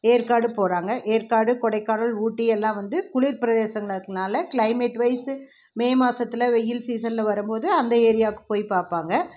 ஏற்காடு போகிறாங்க ஏற்காடு கொடைக்கானல் ஊட்டி எல்லாம் வந்து குளிர் பிரதேசங்ளாக இருக்கிறதுனால கிளைமேட் வைஸ் மே மாதத்துல வெயில் சீசனில் வரும்போது அந்த ஏரியாவுக்கு போய் பார்ப்பாங்க